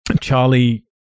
Charlie